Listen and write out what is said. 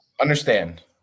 Understand